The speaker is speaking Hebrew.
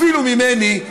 אפילו ממני,